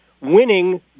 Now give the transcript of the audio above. winning